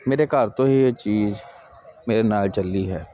ਮੇਰੇ ਘਰ ਤੋਂ ਹੀ ਇਹ ਚੀਜ਼ ਮੇਰੇ ਨਾਲ ਚੱਲੀ ਹੈ